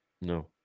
no